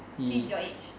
he's your age